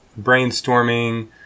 brainstorming